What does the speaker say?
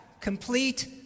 complete